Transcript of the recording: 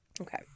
Okay